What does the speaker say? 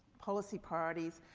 policy priorities.